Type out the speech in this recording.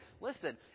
Listen